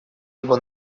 его